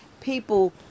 people